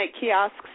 kiosks